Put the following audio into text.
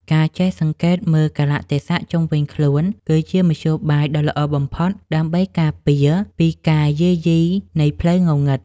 ការចេះសង្កេតមើលកាលៈទេសៈជុំវិញខ្លួនគឺជាមធ្យោបាយដ៏ល្អបំផុតដើម្បីការពារពីការយាយីនៃផ្លូវងងឹត។